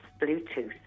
Bluetooth